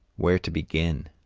where to begin?